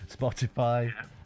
Spotify